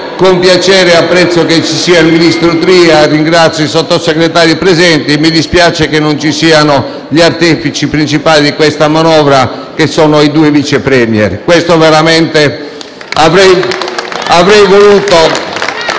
con piacere, apprezzo che sia presente il ministro Tria e ringrazio i Sottosegretari presenti. Mi dispiace però che non ci siano gli artefici principali di questa manovra che sono i due Vice *Premier*.